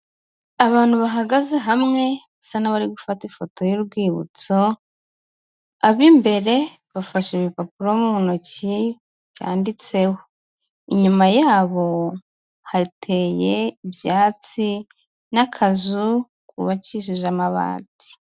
Abantu bahagaze hamwe basa n'abari gufata ifoto y'urwibutso, ab'imbere bafashe ibipapuro mu ntoki byanditseho, inyuma yabo hateye ibyatsi n'akazu kubakishije amabati.